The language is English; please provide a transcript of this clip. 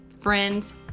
Friends